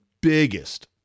biggest